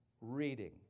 reading